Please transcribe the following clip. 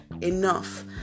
enough